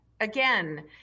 again